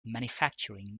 manufacturing